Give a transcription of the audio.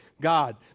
God